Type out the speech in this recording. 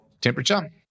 temperature